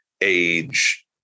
age